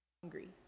hungry